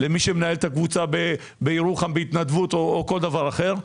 למי שמנהל את הקבוצה בירוחם בהתנדבות או כל דבר אחר.